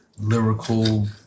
lyrical